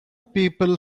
people